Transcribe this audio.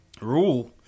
rule